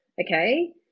okay